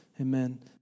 Amen